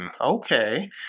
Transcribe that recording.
okay